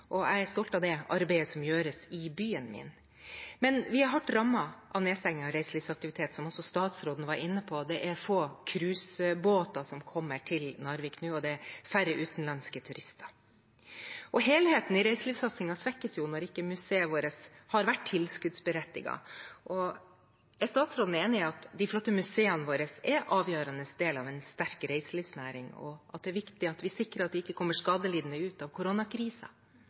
Jeg er stolt av det arbeidet som gjøres i byen min, men vi er hardt rammet av nedstengingen av reiselivsaktivitet. Som statsråden var inne på, er det få cruisebåter som kommer til Narvik nå, og det er færre utenlandske turister. Helheten i reiselivssatsingen svekkes når museet vårt ikke har vært tilskuddsberettiget. Er statsråden enig i at de flotte museene våre er en avgjørende del av en sterk reiselivsnæring, og at det er viktig at vi sikrer at de ikke kommer skadelidende ut av